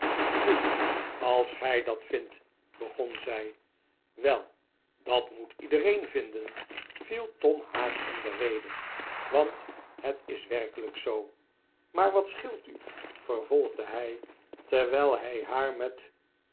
nu als gij dat vindt hegon zij wel dat moet iedereen vinden viel tom haar in de rede want het is werkelijk zoo maar wat scheelt u vervolgde hij terwijl hij haar met